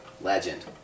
Legend